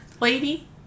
lady